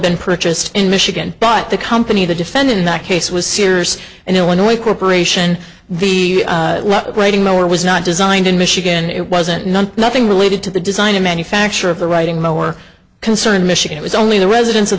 been purchased in michigan by the company the defendant in that case was sears and illinois corporation the waiting mower was not designed in michigan it wasn't nothing related to the design of manufacture of the writing mower concern in michigan it was only the residents of